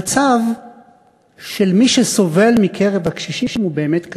המצב של מי שסובל מקרב הקשישים הוא באמת קשה,